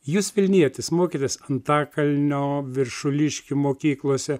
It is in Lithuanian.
jūs vilnietis mokėtės antakalnio viršuliškių mokyklose